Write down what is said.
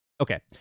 okay